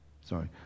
Sorry